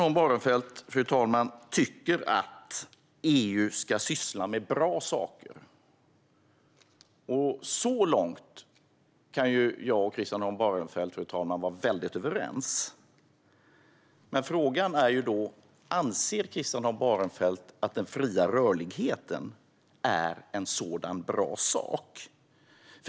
Christian Holm Barenfeld tycker att EU ska syssla med bra saker. Så långt kan jag och Christian Holm Barenfeld vara överens. Men frågan är: Anser Christian Holm Barenfeld att den fria rörligheten är en sådan bra sak?